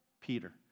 Peter